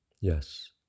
yes